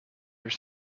were